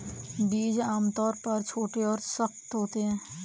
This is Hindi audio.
बीज आमतौर पर छोटे और सख्त होते हैं